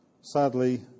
Sadly